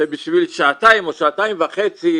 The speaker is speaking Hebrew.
שבשביל שעתיים או שעתיים וחצי